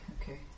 okay